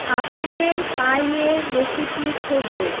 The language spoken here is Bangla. আপেলের পাই এর রেসিপি খোঁজো